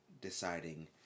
deciding